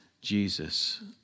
Jesus